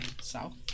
south